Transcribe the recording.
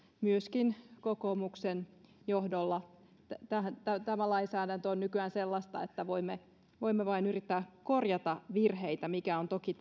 myöskin kokoomuksen johdolla tämä lainsäädäntö on nykyään sellaista että voimme voimme vain yrittää korjata virheitä mikä on toki